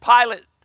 Pilate